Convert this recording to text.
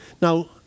Now